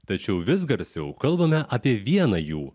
tačiau vis garsiau kalbame apie vieną jų